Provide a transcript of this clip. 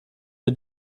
für